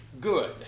good